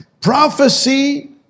Prophecy